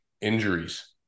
injuries